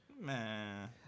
man